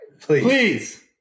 please